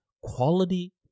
quality